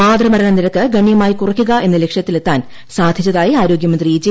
മാതൃ മരണ നിരക്ക് ഗണ്യമായി കുറയ്ക്കുക എന്ന ലക്ഷ്യത്തിലെത്താൻ സാധിച്ചതായി ആരോഗൃമന്ത്രി ജെ